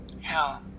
Hell